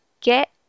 Get